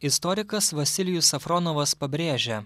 istorikas vasilijus safronovas pabrėžia